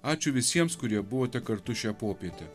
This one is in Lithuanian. ačiū visiems kurie buvote kartu šią popietę